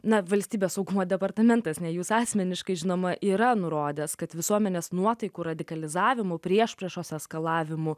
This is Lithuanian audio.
na valstybės saugumo departamentas nei jūs asmeniškai žinoma yra nurodęs kad visuomenės nuotaikų radikalizavimo priešpriešos eskalavimu